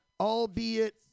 Albeit